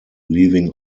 leaving